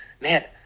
man